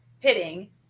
pitting